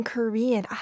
Korean